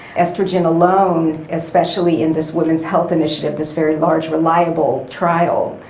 oestrogen alone, especially in this women's health initiative, this very large reliable trial,